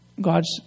God's